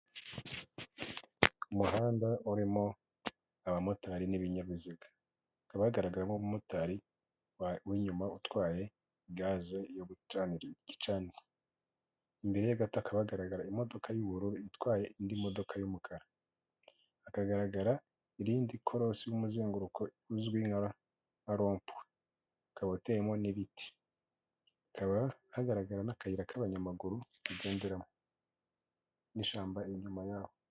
Umuhanda urimo abamotari n'ibinyabiziga hakaba hagaragayemo umumotari w'inyuma utwaye gaze yo gucana igicaniro, imbere yaho hakaba hagaragara imodoka y'ubururu itwaye indi modoka y'umukara. Hakagaragara irindi korosi y'umuzenguruko uzwi nka rompuwehakaba n'ibiti, hakaba hagaragara n'akayira k'abanyamaguru kugendera n'ishyamba inyuma yaho.